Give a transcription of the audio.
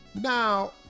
Now